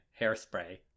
Hairspray